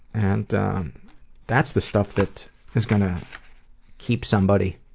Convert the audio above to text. and that's the stuff that is gonna keep somebody